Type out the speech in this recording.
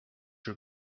your